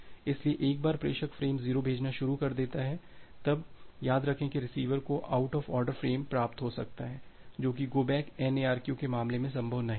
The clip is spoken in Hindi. इसलिए एक बार प्रेषक फ़्रेम 0 भेजना शुरू कर देता है तब याद रखें कि रिसीवर को आउट ऑफ़ ऑर्डर फ्रेम प्राप्त हो सकता है जो कि गो बैक N ARQ के मामले में संभव नहीं थे